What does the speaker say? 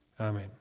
Amen